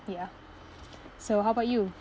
ya so how about you